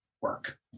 work